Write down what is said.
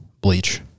bleach